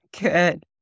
Good